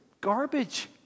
garbage